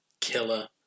killer